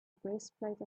breastplate